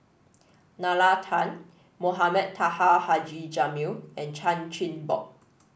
Nalla Tan Mohamed Taha Haji Jamil and Chan Chin Bock